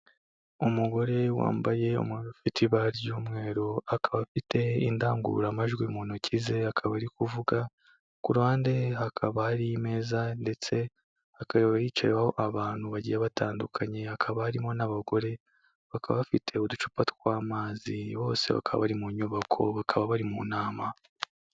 Umugore wambaye umwenda ufite ibara ry'umweru, akaba afite indangururamajwi mu ntoki ze akaba ari kuvuga, ku ruhande hakaba hari imeza ndetse akaba yicayeho abantu bagiye batandukanye hakaba harimo n'abagore, bakaba bafite uducupa tw'amazi bose bakaba bari mu nyubako, bakaba bari mu nama.